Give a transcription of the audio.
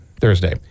thursday